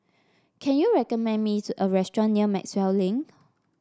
can you recommend me a restaurant near Maxwell Link